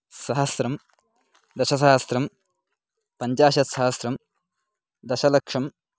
सहस्रं दशसहस्रं पञ्चाशत्सहस्रं दशलक्षम्